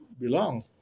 belong